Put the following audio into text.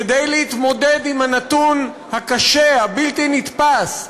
כדי להתמודד עם הנתון הקשה, הבלתי-נתפס,